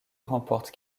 remporte